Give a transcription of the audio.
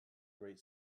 great